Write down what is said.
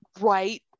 right